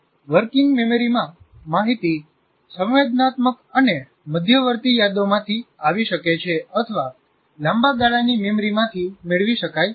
working મેમરીમાં માહિતી સંવેદનાત્મક અને મધ્યવર્તી યાદોમાંથી આવી શકે છે અથવા લાંબા ગાળાની મેમરીમાંથી મેળવી શકાય છે